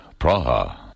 Praha